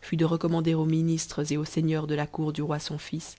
fut de recommander aux ministres et aux seigneurs de ta cour du roi son jjs